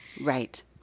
Right